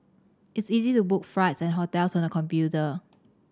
it's easy to book flights and hotels on the computer